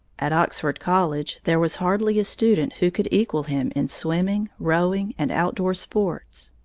at oxford college there was hardly a student who could equal him in swimming, rowing, and outdoor sports.